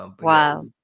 wow